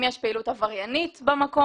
אם יש פעילות עבריינית במקום,